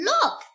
Look